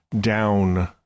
down